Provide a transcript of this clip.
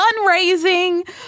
fundraising